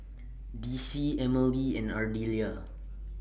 Dicie Emmalee and Ardelia